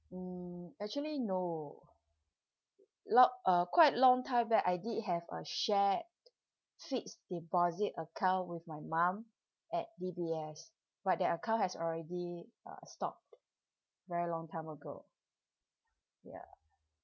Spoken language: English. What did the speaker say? mm actually no lo~ uh quite long time back I did have a shared fixed deposit account with my mum at D_B_S but that account has already uh stopped very long time ago ya